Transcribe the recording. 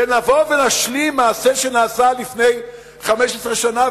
ונבוא ונשלים מעשה שנעשה לפני 15 שנה,